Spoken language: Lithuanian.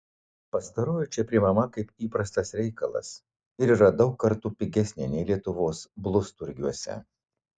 pastaroji čia priimama kaip įprastas reikalas ir yra daug kartų pigesnė nei lietuvos blusturgiuose